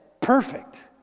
perfect